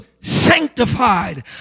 sanctified